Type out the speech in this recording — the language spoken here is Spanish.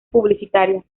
publicitarias